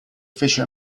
fece